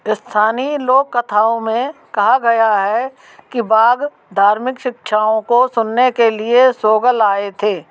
स्थानीय लोक कथाओं में कहा गया है कि बाघ धार्मिक शिक्षाओं को सुनने के लिए सोगल आए थे